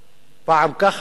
פעם ככה, פעם ככה.